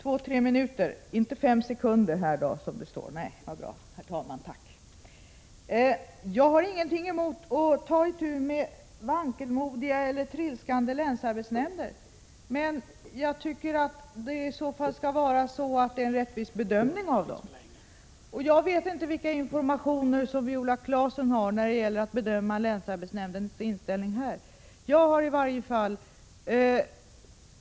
Herr talman! Jag har ingenting emot att ta itu med vankelmodiga och trilskande länsarbetsnämnder. Men jag tycker att det i så fall skall vara en rättvis bedömning av dem. Jag vet inte vilka informationer Viola Claesson har när det gäller att bedöma länsarbetsnämndens inställning i detta fall.